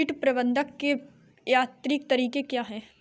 कीट प्रबंधक के यांत्रिक तरीके क्या हैं?